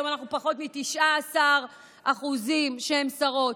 היום אנחנו פחות מ-19% שהן שרות.